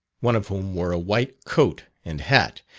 one of whom wore a white coat and hat,